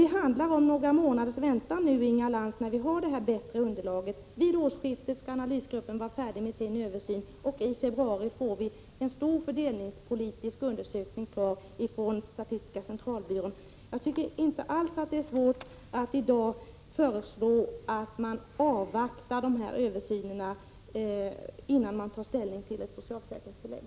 Det handlar om några månaders väntan tills vi har detta bättre underlag. Vid årsskiftet skall analysgruppen vara färdig med sin översyn, och i februari får vi en stor fördelningspolitisk undersökning från statistiska centralbyrån. Det är inte alls svårt att föreslå att man avvaktar dessa översyner innan man tar ställning till ett socialförsäkringstillägg.